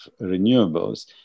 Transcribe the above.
renewables